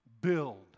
build